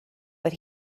but